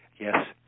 Yes